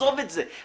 עזוב את זה,